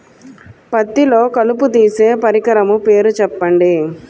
పత్తిలో కలుపు తీసే పరికరము పేరు చెప్పండి